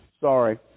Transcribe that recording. sorry